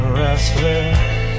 restless